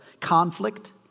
conflict